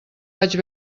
vaig